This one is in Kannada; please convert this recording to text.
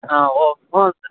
ಹಾಂ ಓಕೆ